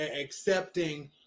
accepting